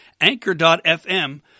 anchor.fm